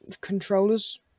Controllers